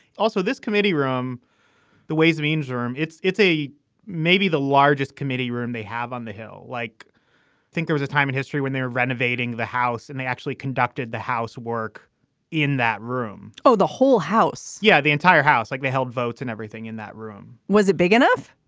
also this committee room the ways means room. it's it's a maybe the largest committee room they have on the hill like think there is a time in history when they're renovating the house and they actually conducted the house work in that room. oh the whole house. yeah the entire house like they held votes and everything in that room was it big enough.